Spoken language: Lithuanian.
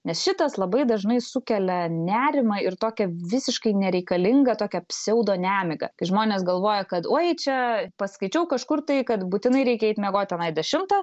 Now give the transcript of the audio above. nes šitas labai dažnai sukelia nerimą ir tokia visiškai nereikalinga tokia pseudo nemiga kai žmonės galvoja kad oi čia paskaičiau kažkur tai kad būtinai reikia eiti miegot tenai dešimtą